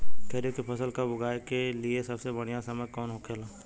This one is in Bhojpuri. खरीफ की फसल कब उगाई के लिए सबसे बढ़ियां समय कौन हो खेला?